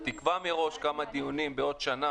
תקבע מראש כמה דיונים בעוד שנה,